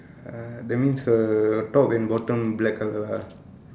uh that means her top and bottom black colour ah